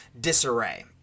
disarray